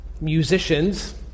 musicians